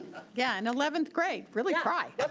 yeah, in eleventh grade really try.